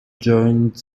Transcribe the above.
joined